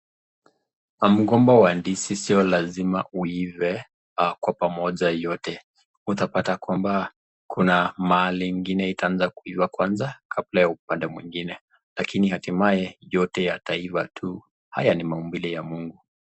Mgomba wa ndizi sio lazima uive kwa pamoja yote, utapata kwamba kuna mahali ingine itaanza kuiva kwanza, kabla ya upande mwingine. lakini hatimaye yote yataiva tu, haya ni maumbile ya mungu.